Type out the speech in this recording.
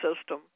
system